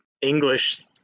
English